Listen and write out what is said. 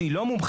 שהיא לא מומחית,